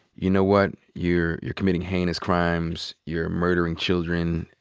you know what? you're you're committing heinous crimes. you're murdering children,